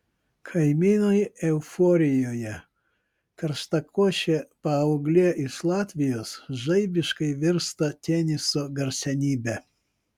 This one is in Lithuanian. kaimynai euforijoje karštakošė paauglė iš latvijos žaibiškai virsta teniso garsenybe